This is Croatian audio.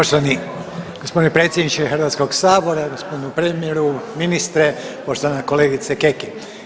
Poštovani gospodine predsjedniče Hrvatskog sabora, gospodine premijeru, ministre, poštovana kolegice Kekin.